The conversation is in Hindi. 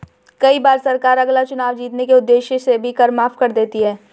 कई बार सरकार अगला चुनाव जीतने के उद्देश्य से भी कर माफ कर देती है